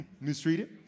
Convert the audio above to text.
mistreated